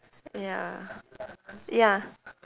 ya ya